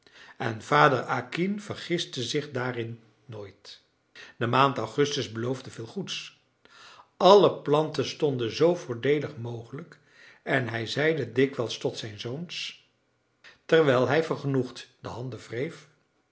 en vader acquin vergiste zich daarin nooit de maand augustus beloofde veel goeds alle planten stonden zoo voordeelig mogelijk en hij zeide dikwijls tot zijn zoons terwijl hij vergenoegd de handen wreef